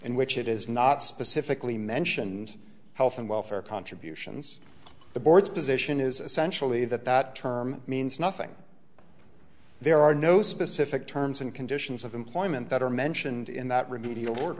in which it is not specifically mentioned health and welfare contributions the board's position is essentially that that term means nothing there are no specific terms and conditions of employment that are mentioned in that remedial wor